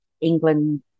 England